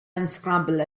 unscramble